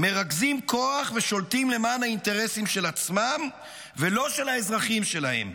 מרכזים כוח ושולטים למען האינטרסים של עצמם ולא של האזרחים שלהם.